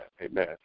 amen